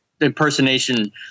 impersonation